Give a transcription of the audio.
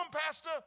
pastor